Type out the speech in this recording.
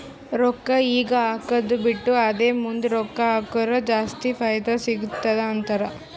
ರೊಕ್ಕಾ ಈಗ ಹಾಕ್ಕದು ಬಿಟ್ಟು ಅದೇ ಮುಂದ್ ರೊಕ್ಕಾ ಹಕುರ್ ಜಾಸ್ತಿ ಫೈದಾ ಸಿಗತ್ತುದ ಅಂತಾರ್